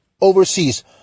overseas